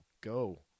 go